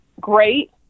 great